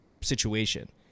situation